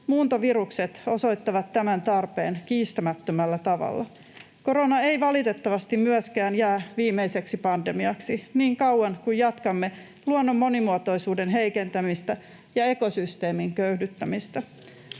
Muuntovirukset osoittavat tämän tarpeen kiistämättömällä tavalla. Korona ei valitettavasti myöskään jää viimeiseksi pandemiaksi niin kauan kuin jatkamme luonnon monimuotoisuuden heikentämistä ja ekosysteemien köyhdyttämistä.